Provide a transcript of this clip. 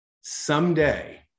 someday